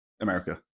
America